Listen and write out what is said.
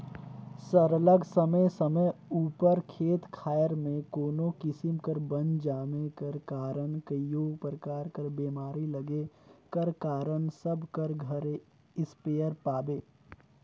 सरलग समे समे उपर खेत खाएर में कोनो किसिम कर बन जामे कर कारन कइयो परकार कर बेमारी लगे कर कारन सब कर घरे इस्पेयर पाबे